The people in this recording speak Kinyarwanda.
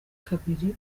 kabiri